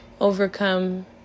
overcome